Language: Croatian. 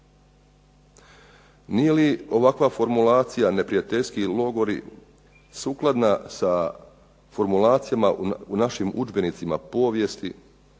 Nije li ovakva formulacija neprijateljski logori sukladna sa formulacijama u našim udžbenicima povijesti